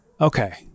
Okay